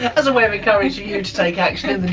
as a way of encouraging you to take action in the